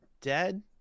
dead